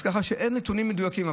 אין נתונים מדויקים,